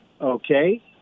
Okay